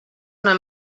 una